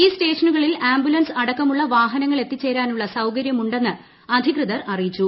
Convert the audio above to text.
ഈ സ്റ്റേഷനുകളിൽ ആംബുലൻസ് അടക്കമുള്ള വാഹനങ്ങളെത്തിച്ചേരാനുള്ള സൌകര്യമുണ്ടെന്ന് അധികൃതർ അറിയിച്ചു